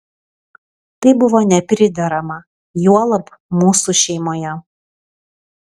tai buvo nepriderama juolab mūsų šeimoje